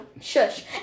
shush